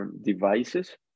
devices